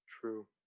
true